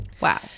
Wow